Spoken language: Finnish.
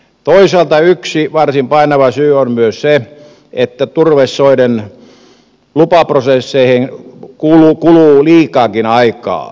toisaalta yksi varsin painava syy on myös se että turvesoiden lupaprosesseihin kuluu liikaakin aikaa